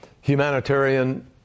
humanitarian